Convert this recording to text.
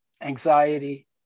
anxiety